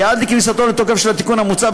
כי עד לכניסתו לתוקף של התיקון המוצע,